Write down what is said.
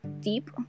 deep